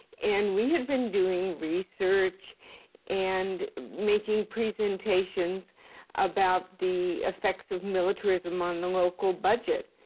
and we had been doing research and making presentations about the effects of militarism on the local budget.